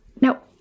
Now